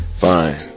Fine